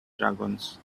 dragons